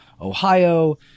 Ohio